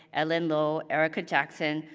ellen lo, ericka jackson,